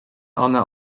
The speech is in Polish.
one